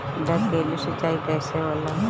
ढकेलु सिंचाई कैसे होला?